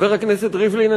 חבר הכנסת ריבלין,